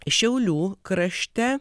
šiaulių krašte